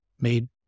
made